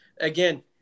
Again